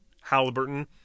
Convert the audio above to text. Halliburton